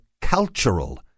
cultural